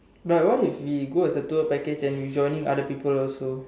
no what if we go as a tour package and we join in other people also